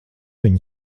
viņu